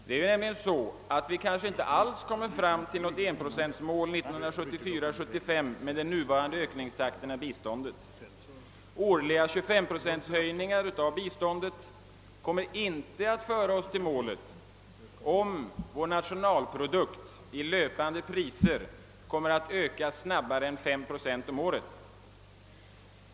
Det är nämligen så, att vi kanske inte alls kommer fram till något 1-procentsmål 1974/75 med den nuvarande ökningstakten av biståndet. årliga 25-procentshöjningar av biståndet kommer inte att föra oss till målet, om vår nationalprodukt i löpande priser kommer att öka snabbare än 5 procent om året.